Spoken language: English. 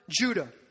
Judah